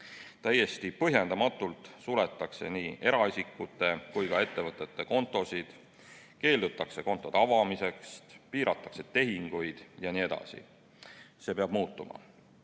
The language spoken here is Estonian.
Täiesti põhjendamatult suletakse nii eraisikute kui ka ettevõtete kontosid, keeldutakse kontode avamisest, piiratakse tehinguid jne. See peab muutuma.